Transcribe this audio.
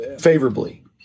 favorably